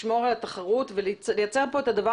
לשמור על התחרות ולייצר פה את הדבר